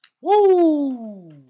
Woo